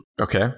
Okay